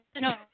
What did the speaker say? no